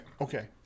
okay